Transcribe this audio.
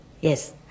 Yes